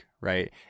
Right